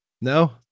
No